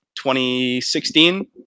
2016